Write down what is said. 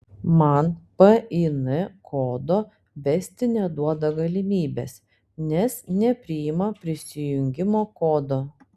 man pin kodo vesti neduoda galimybės nes nepriima prisijungimo kodo